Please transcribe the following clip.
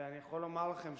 ואני יכול לומר לכם,